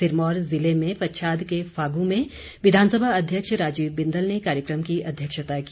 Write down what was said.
सिरमौर जिले में पच्छाद के फागू में विधानसभा अध्यक्ष राजीव बिदंल ने कार्यक्रम की अध्यक्षता की